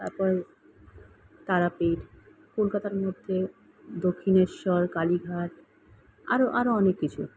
তারপর তারাপীঠ কলকাতার মধ্যে দক্ষিণেশ্বর কালীঘাট আরও আরও অনেক কিছু